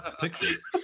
pictures